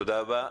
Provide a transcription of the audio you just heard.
תודה רבה.